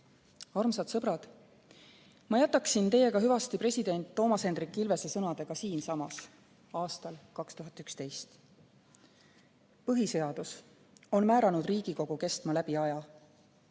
Armsad sõbrad! Ma jätaksin teiega hüvasti president Toomas Hendrik Ilvese sõnadega siinsamas, aastal 2011: "Põhiseadus on määranud Riigikogu kestma läbi aja.